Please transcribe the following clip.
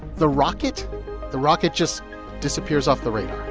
the rocket the rocket just disappears off the radar?